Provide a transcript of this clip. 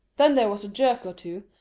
then there was a jerk or two,